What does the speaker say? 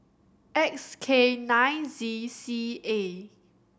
X K nine Z C A